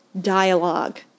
dialogue